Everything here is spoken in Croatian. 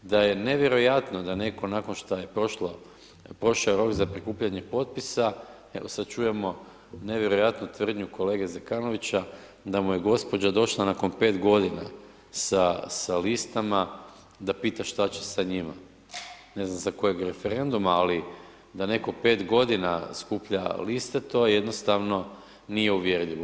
Da je nevjerojatno da netko nakon šta prošla, prošao rok za prikupljanje potpisa evo sad čujemo nevjerojatnu tvrdnju kolege Zekanovića da mu je gospođa došla nakon 5 godina sa listama da pita šta će sa njima, ne znam sa kojeg referenduma ali da netko 5 godina skuplja liste, to jednostavno nije uvjerljivo.